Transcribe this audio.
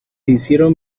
hicieron